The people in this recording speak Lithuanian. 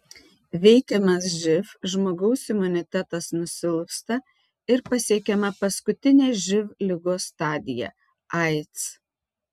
veikiamas živ žmogaus imunitetas nusilpsta ir pasiekiama paskutinė živ ligos stadija aids